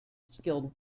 skilled